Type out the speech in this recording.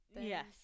Yes